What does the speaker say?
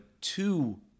two